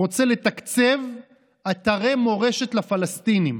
רוצה לתקצב אתרי מורשת לפלסטינים.